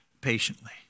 patiently